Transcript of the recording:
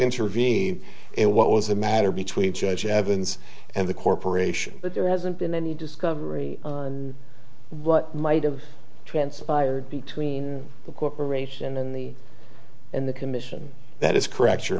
intervene in what was a matter between judge evans and the corporation but there hasn't been any discovery on what might have transpired between the corporation and the and the commission that is correct your